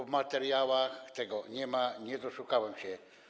W materiałach tego nie ma, nie doszukałem się.